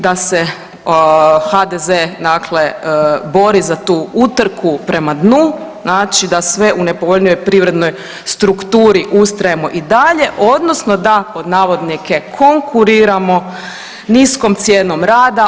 Znači da se HDZ dakle bori za tu utrku prema dnu, znači da u sve nepovoljnijoj privrednoj strukturi ustrajemo i dalje odnosno da pod navodnike konkuriramo niskom cijenom rada.